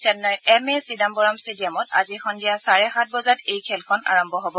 চেন্নাইৰ M A Chidambaram ষ্টেডিয়ামত আজি সন্ধিয়া চাৰে সাত বজাত এই খেলখন আৰম্ভ হব